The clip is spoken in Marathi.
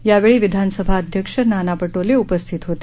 यावेळी विधानसभा अध्यक्ष नाना पटोले उपस्थित होते